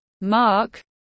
Mark